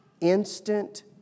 Instant